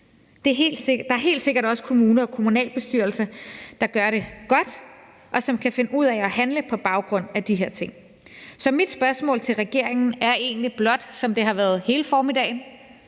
Der er helt sikkert også kommuner og kommunalbestyrelser, der gør det godt, og som kan finde ud af at handle på baggrund af de her ting. Så mit spørgsmål til regeringen er egentlig det samme, som det har været hele formiddagen: